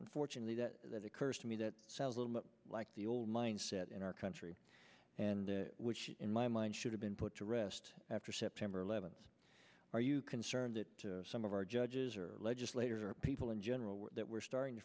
unfortunately that that occurs to me that sounds a lot like the old mindset in our country and which in my mind should have been put to rest after september eleventh are you concerned that some of our judges or legislators or people in general that we're starting to